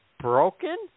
broken